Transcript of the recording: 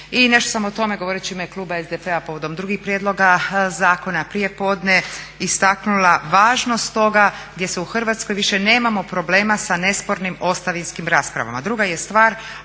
i nešto sam o tome govoreći u ime kluba SDP-a povodom drugih prijedloga zakona prije podne istaknula važnost toga gdje se u Hrvatskoj više nemamo problema sa nespornim ostavinskim raspravama.